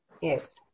Yes